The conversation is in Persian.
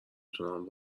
تونم